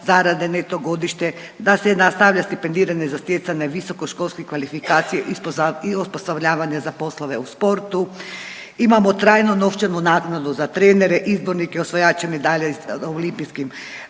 zarade neto godišnje, da se nastavlja stipendiranje za stjecanje visokoškolskih kvalifikacija i osposobljavanje za poslove u sportu. Imamo trajnu novčanu naknadu za trenere, izbornike, osvajače medalja na olimpijskim